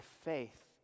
faith